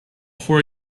four